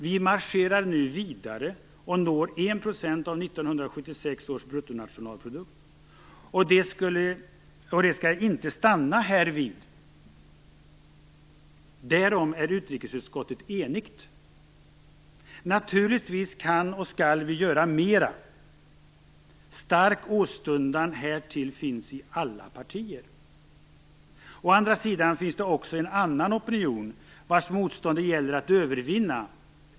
Vi marscherar nu vidare och når en procent av 1976 års bruttonationalprodukt. Och det skall inte stanna härvid; därom är utrikesutskottet enigt. Naturligtvis kan och skall vi göra mera. Stark åstundan härtill finns i alla partier. Å andra sidan finns också en annan opinion, vars motstånd det gäller att övervinna.